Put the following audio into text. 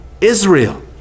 Israel